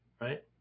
right